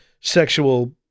sexual